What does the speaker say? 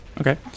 Okay